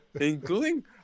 including